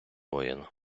воєн